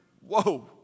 Whoa